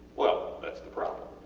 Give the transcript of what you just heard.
well, thats the problem.